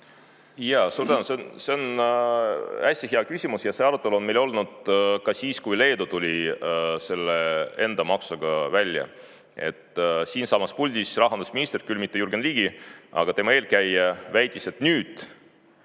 tänu! See on hästi hea küsimus ja see arutelu on meil olnud ka siis, kui Leedu tuli selle enda maksuga välja. Siinsamas puldis rahandusminister, küll mitte Jürgen Ligi, aga tema eelkäija väitis, et nüüd